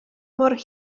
mor